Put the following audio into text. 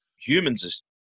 Humans